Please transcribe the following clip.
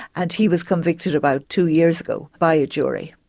and he was convicted about two years ago by a jury.